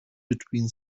between